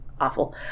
awful